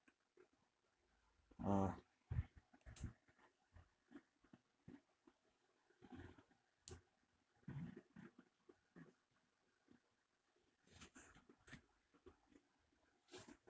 uh